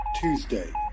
Tuesday